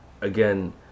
Again